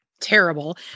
terrible